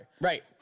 Right